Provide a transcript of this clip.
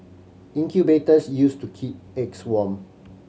incubators used to keep eggs warm